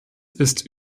ist